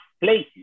places